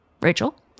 Rachel